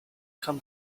come